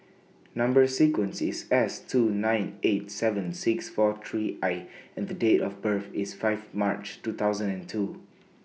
Number sequence IS S two nine eight seven six four three I and The Date of birth IS five March two thousand and two